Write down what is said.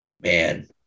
Man